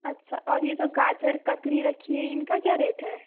अच्छा और ये जो गाजर ककड़ी रखी है इनका क्या रेट है